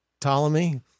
Ptolemy